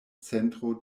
centro